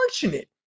fortunate